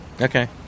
Okay